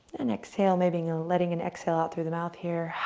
and exhale. maybe yeah letting and exhale out through the mouth here.